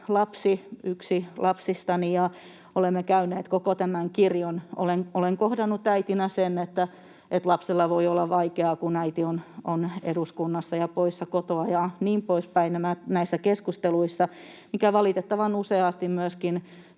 erityislapsi, yksi lapsistani, ja olemme käyneet koko tämän kirjon. Olen kohdannut äitinä näissä keskusteluissa sen, että lapsella voi olla vaikeaa, kun äiti on eduskunnassa ja poissa kotoa ja niin poispäin, mikä valitettavan useasti myöskin